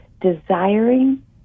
desiring